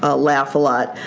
ah laugh a lot.